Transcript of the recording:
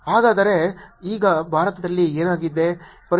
ಹಾಗಾದರೆ ಈಗ ಭಾರತದಲ್ಲಿ ಏನಾಗಿದೆ ಪರಿಸ್ಥಿತಿ ಇಲ್ಲಿದೆ